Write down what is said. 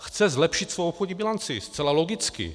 Chce zlepšit svoji obchodní bilanci zcela logicky.